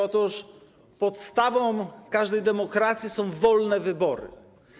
Otóż podstawą każdej demokracji są wolne wybory.